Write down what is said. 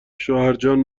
شوهرجان